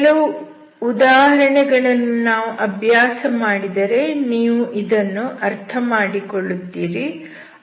ಕೆಲವು ಉದಾಹರಣೆಗಳನ್ನು ನಾವು ಅಭ್ಯಾಸ ಮಾಡಿದರೆ ನೀವು ಇದನ್ನು ಅರ್ಥಮಾಡಿಕೊಳ್ಳುತ್ತೀರಿ